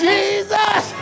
Jesus